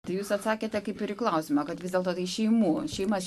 tai jūs atsakėte kaip ir į klausimą kad vis dėlto tai šeimų šeimas